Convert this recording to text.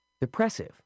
depressive